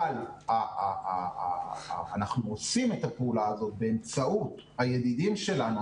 אבל אנחנו עושים את הפעולה הזאת באמצעות הידידים שלנו,